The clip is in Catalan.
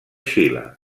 xile